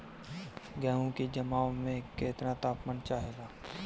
गेहू की जमाव में केतना तापमान चाहेला?